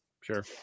Sure